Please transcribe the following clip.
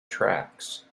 tracks